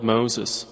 Moses